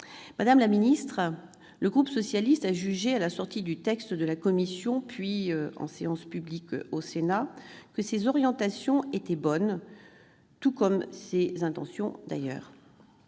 Madame la ministre, le groupe socialiste a jugé, à la sortie du texte de la commission, puis en séance publique au Sénat, que ses orientations étaient bonnes, tout comme ses intentions d'ailleurs.